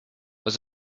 was